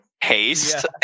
haste